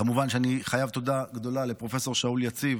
כמובן שאני חייב תודה גדולה לפרופ' שאול יציב